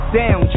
down